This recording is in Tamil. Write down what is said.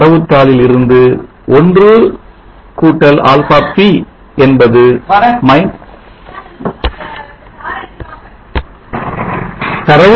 தரவு தாளில் இருந்து 1αp என்பது 0